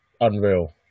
unreal